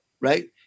right